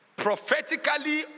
Prophetically